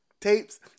tapes